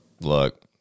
Look